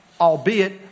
albeit